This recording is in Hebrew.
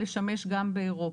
לשמש גם באירופה.